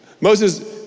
Moses